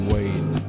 Wait